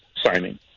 signing